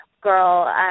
girl